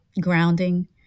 grounding